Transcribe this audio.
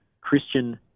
Christian